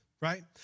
right